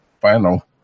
final